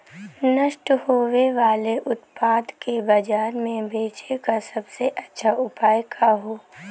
नष्ट होवे वाले उतपाद के बाजार में बेचे क सबसे अच्छा उपाय का हो?